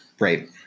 Right